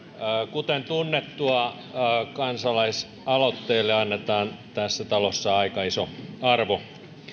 kuten tunnettua kansalaisaloitteelle annetaan tässä talossa aika iso arvo